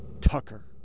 Tucker